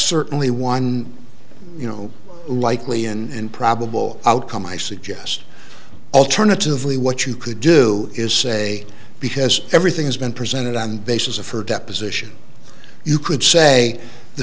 certainly one you know likely and probable outcome i suggest alternatively what you could do is say because everything has been presented on the basis of her deposition you could say the